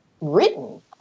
written